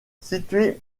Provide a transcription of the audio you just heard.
située